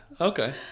Okay